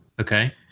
Okay